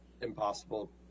impossible